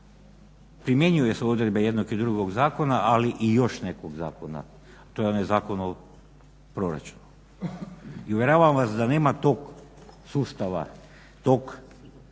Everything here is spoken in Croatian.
primjenjuju se odredbe i jednog i drugog zakona, ali i još nekog zakona, to je onaj Zakon o proračunu. I uvjeravam vas da nema tog sustava, te